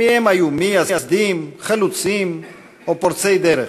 היו בהם מייסדים, חלוצים או פורצי דרך,